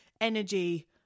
energy